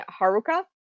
Haruka